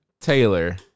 Taylor